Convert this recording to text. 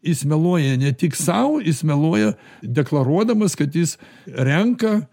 jis meluoja ne tik sau jis meluoja deklaruodamas kad jis renka